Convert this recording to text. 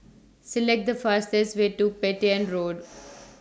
Select The fastest Way to Petain Road